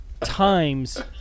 Times